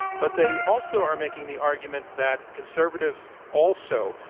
but they also are making the argument that conservatives also,